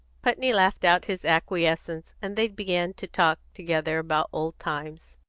putney laughed out his acquiescence, and they began to talk together about old times.